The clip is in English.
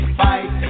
fight